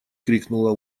крикнула